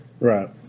Right